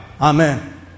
Amen